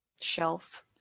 shelf